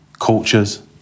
cultures